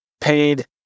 paid